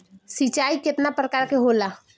सिंचाई केतना प्रकार के होला?